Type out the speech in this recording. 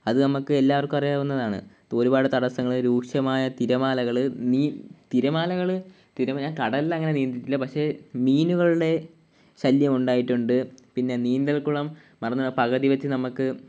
അത് നമ്മൾക്ക് എല്ലാവർക്കും അറിയാവുന്നതാണ് ഒരുപാട് തടസ്സങ്ങൾ രൂക്ഷമായ തിരമാലകൾ തിരമാലകൾ തിര ഞാൻ കടലിൽ അങ്ങനെ നീന്തിയിട്ടില്ല പക്ഷേ മീനുകളുടെ ശല്യം ഉണ്ടായിട്ടുണ്ട് പിന്നെ നീന്തൽ കുളം മറന്നു പോയി പകുതി വച്ച് നമുക്ക്